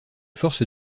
forces